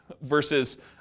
Versus